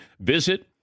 Visit